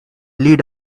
lead